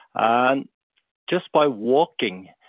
and just by walking,